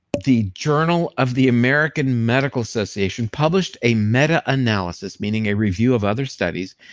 the journal of the american medical association published a meta-analysis, meaning a review of other studies,